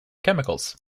chemicals